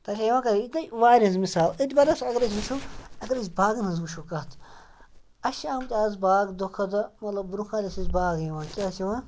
تَتہِ چھا یِوان کَرٕنۍ یہِ گٕے وارِ ۂنٛز مِثال أتۍ بَرَس اگر أسۍ وٕچھو اگر أسۍ باغَن ہٕنٛز وٕچھو کَتھ اَسہِ چھِ آمٕتۍ اَز باغ دۄہ کھۄتہٕ دۄہ مطلب برونٛہہ کالہِ ٲسۍ أسۍ باغ یِوان کیٛاہ ٲسۍ یِوان